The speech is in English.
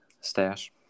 Stash